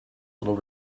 little